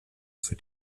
für